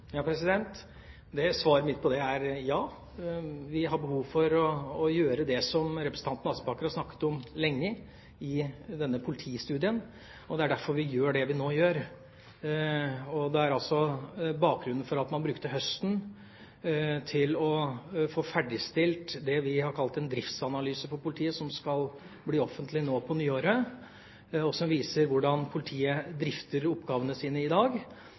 Svaret mitt på det er ja. Vi har behov for å gjøre det som representanten Aspaker har snakket om lenge i denne politistudien. Det er derfor vi gjør det vi nå gjør. Det er bakgrunnen for at man brukte høsten til å få ferdigstilt det vi har kalt en driftsanalyse for politiet, som skal bli offentlig nå på nyåret, og som viser hvordan politiet drifter oppgavene sine i dag.